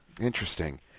Interesting